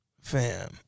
Fam